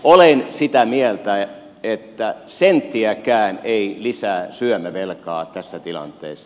olen sitä mieltä että senttiäkään ei lisää syömävelkaa tässä tilanteessa